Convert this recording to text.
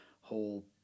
whole